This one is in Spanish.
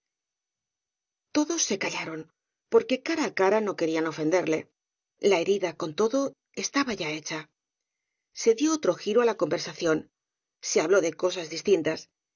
todos se callaron porque cara á cara no querían ofenderle la herida con todo estaba ya hecha se dio otro giro á la conversación se habló de cosas distintas